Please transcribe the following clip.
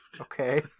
Okay